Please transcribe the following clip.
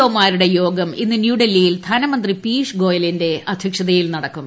O മാരുടെ യോഗം ഇന്ന് ന്യൂഡൽഹിയിൽ ധനമന്ത്രി പീയുഷ് ഗോയലിന്റെ അധ്യക്ഷതയിൽ ചേരും